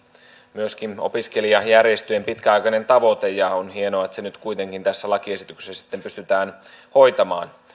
myöskin opiskelijajärjestöjen pitkäaikainen tavoite on hienoa että se nyt kuitenkin tässä lakiesityksessä sitten pystytään hoitamaan